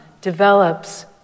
develops